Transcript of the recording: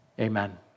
amen